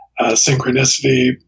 synchronicity